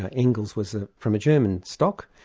ah engels was ah from german stock,